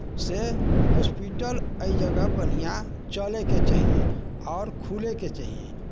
से hospital एहि जगह बढ़िआँ चलैके चाहियै आओर खुलैके चाहियै